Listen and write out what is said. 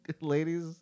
ladies